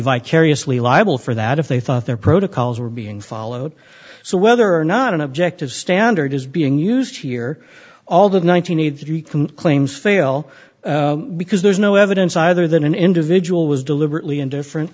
vicariously liable for that if they thought their protocols were being followed so whether or not an objective standard is being used here all the one nine hundred three claims fail because there's no evidence either than an individual was deliberately indifferent